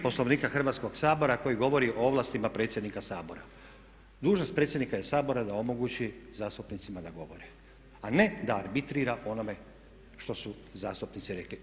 Poslovnika Hrvatskog sabora koji govori o ovlastima predsjednika Sabora, "Dužnost predsjednika je Sabora da omogući zastupnicima da govore", a ne da arbitrira onome što su zastupnici rekli.